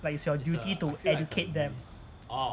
like it's your duty to educate them